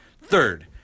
Third